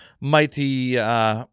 mighty